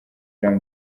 jean